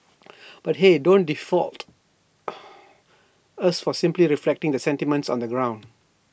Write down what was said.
but hey don't fault us for simply reflecting the sentiments on the ground